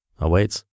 awaits